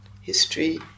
history